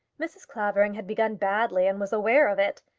mrs. clavering had begun badly, and was aware of it.